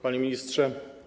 Panie Ministrze!